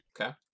okay